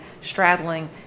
straddling